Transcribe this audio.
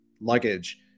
luggage